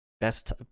best